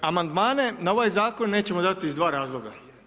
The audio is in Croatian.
Amandmane na ovaj zakon nećemo dati iz dva razloga.